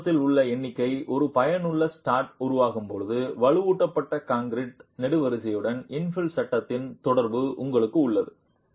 இடதுபுறத்தில் உள்ள எண்ணிக்கை ஒரு பயனுள்ள ஸ்ட்ரட் உருவாகும்போது வலுவூட்டப்பட்ட கான்கிரீட் நெடுவரிசையுடன் இன்ஃபில் சட்டத்தின் தொடர்பு உங்களுக்கு உள்ளது